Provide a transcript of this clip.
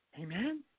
amen